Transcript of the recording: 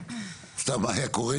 מה היה קורה,